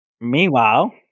meanwhile